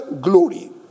glory